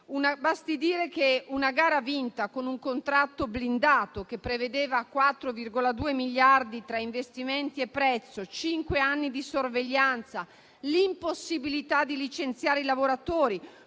trattava di una gara vinta con un contratto blindato, che prevedeva 4,2 miliardi tra investimenti e prezzo, cinque anni di sorveglianza, l'impossibilità di licenziare i lavoratori,